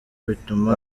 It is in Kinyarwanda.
bituma